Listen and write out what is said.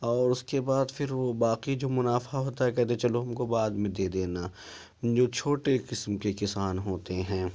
اور اس کے بعد پھر وہ باقی جو منافعہ ہوتا ہے کہتے ہیں چلو ہم کو بعد میں دے دینا جو چھوٹے قسم کے کسان ہوتے ہیں